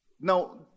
Now